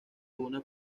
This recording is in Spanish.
una